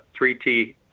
3T